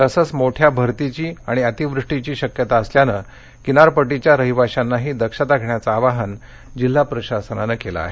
तसंच मोठ्या भरतीची आणि अतिवृष्टीची शक्यता असल्यानं किनारपट्टीच्या रहीवाशांनाही दक्षता घेण्याचं आवाहन जिल्हा प्रशासनानं केलं आहे